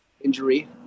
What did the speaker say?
injury